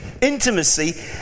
Intimacy